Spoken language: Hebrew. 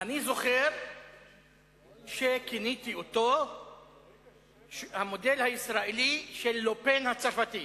אני זוכר שכיניתי אותו "המודל הישראלי של לה-פן הצרפתי".